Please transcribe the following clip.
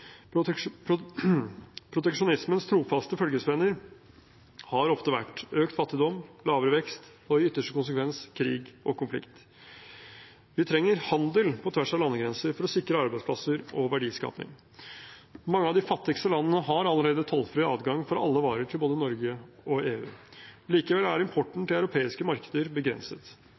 Proteksjonismens trofaste følgesvenner har ofte vært økt fattigdom, lavere vekst og i ytterste konsekvens krig og konflikt. Vi trenger handel på tvers av landegrenser for å sikre arbeidsplasser og verdiskaping. Mange av de fattigste landene har allerede tollfri adgang for alle varer til både Norge og EU. Likevel er importen til europeiske markeder begrenset.